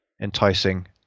enticing